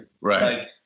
right